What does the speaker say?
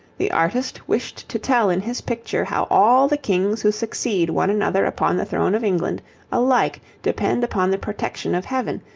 the artist wished to tell in his picture how all the kings who succeed one another upon the throne of england alike depend upon the protection of heaven,